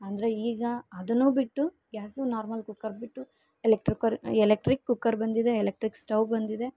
ಅಂದರೆ ಈಗ ಅದನ್ನೂ ಬಿಟ್ಟು ಗ್ಯಾಸು ನಾರ್ಮಲ್ ಕುಕ್ಕರ್ ಬಿಟ್ಟು ಎಲೆಕ್ಟ್ರುಕರ್ ಎಲೆಕ್ಟ್ರಿಕ್ ಕುಕ್ಕರ್ ಬಂದಿದೆ ಎಲೆಕ್ಟ್ರಿಕ್ ಸ್ಟವ್ ಬಂದಿದೆ